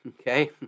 Okay